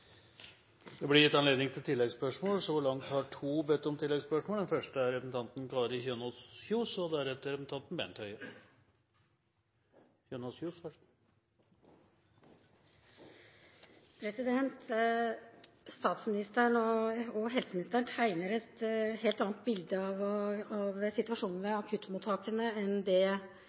Det blir gitt anledning til oppfølgingsspørsmål. Så langt er det bedt om to oppfølgingsspørsmål – først representanten Kari Kjønaas Kjos. Statsministeren og helseministeren tegner et helt annet bilde av situasjonen ved akuttmottakene enn det